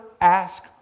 ask